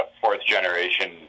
fourth-generation